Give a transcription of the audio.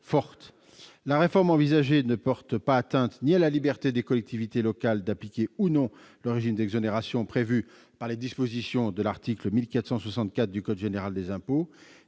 La réforme envisagée ne porte atteinte ni à la liberté des collectivités locales d'appliquer ou non le régime d'exonération prévu par l'article 1464 I du code général des impôts,